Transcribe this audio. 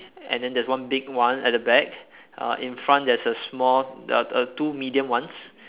and then there's one big one at the back uh in front there's a small the uh two medium ones